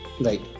right